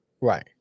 Right